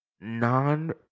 non